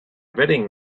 wedding